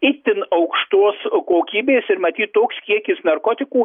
itin aukštos kokybės ir matyt toks kiekis narkotikų